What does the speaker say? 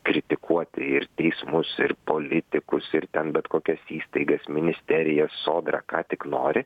kritikuoti ir teismus ir politikus ir ten bet kokias įstaigas ministeriją sodrą ką tik nori